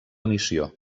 missió